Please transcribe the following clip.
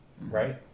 Right